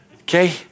Okay